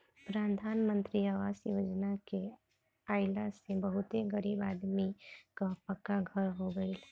प्रधान मंत्री आवास योजना के आइला से बहुते गरीब आदमी कअ पक्का घर हो गइल